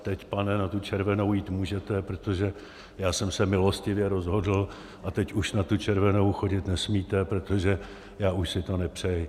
Teď, pane, na tu červenou jít můžete, protože já jsem se milostivě rozhodl, a teď už na tu červenou chodit nesmíte, protože já už si to nepřeji.